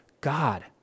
God